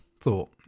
thought